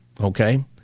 okay